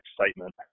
excitement